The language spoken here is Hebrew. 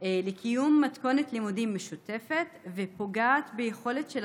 לקיום מתכונת לימודים משותפת ופוגעת ביכולת של